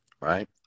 right